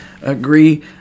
agree